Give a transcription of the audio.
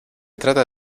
trata